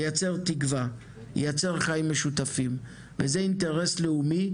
ייצר תקווה, ייצר חיים משותפים, וזה אינטרס לאומי.